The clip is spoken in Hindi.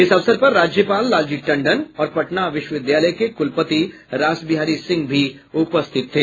इस अवसर पर राज्यपाल लालजी टंडन और पटना विश्वविद्यालय के कुलपति रासबिहारी सिंह भी उपस्थित थे